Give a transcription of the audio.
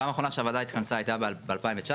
פעם אחרונה שהוועדה התכנסה הייתה ב-2019.